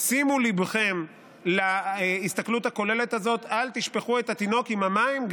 שימו ליבכם להסתכלות הכוללת הזאת ואל תשפכו את התינוק עם המים,